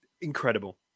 incredible